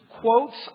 quotes